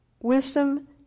wisdom